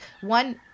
one